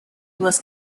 was